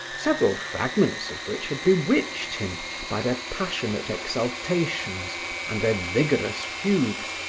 several fragments of which had bewitched him by their passionate exaltations and their vigorous fugues,